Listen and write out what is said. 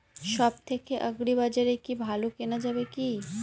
সব থেকে আগ্রিবাজারে কি ভালো কেনা যাবে কি?